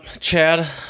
chad